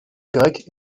grec